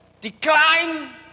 decline